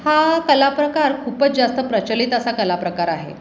हा कला प्रकार खूपच जास्त प्रचलित असा कला प्रकार आहे